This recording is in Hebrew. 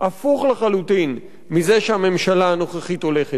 הפוך לחלוטין מזה שהממשלה הנוכחית הולכת בו.